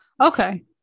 okay